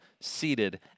seated